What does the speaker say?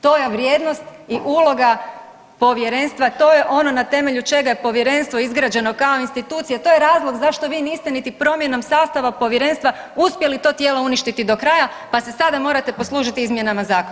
To je vrijednost i uloga Povjerenstva, to je ono na temelju čega je Povjerenstvo izgrađeno kao institucija, to je razlog zašto vi niste niti promjenom sastava Povjerenstva uspjeli to tijelo uništiti do kraja pa se sada morate poslužiti izmjenama zakona.